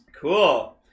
Cool